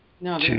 No